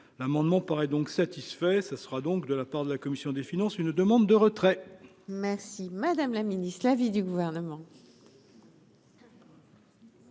l'amendement paraît donc satisfait, ce sera donc de la part de la commission des finances, une demande de retrait. Merci madame la ministre, de l'avis du gouvernement.